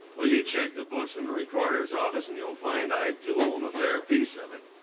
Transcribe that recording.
well, you check the books in the recorder's office, and you'll find i do own a fair piece of it.